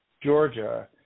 Georgia